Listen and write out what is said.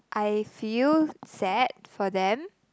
I feel sad for them